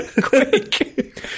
Quick